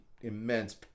immense